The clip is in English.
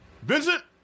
Vincent